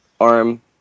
arm